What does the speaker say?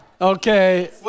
Okay